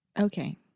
Okay